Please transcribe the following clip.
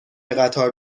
قطار